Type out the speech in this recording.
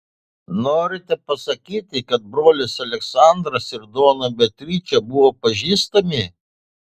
norite pasakyti kad brolis aleksandras ir dona beatričė buvo pažįstami